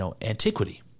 antiquity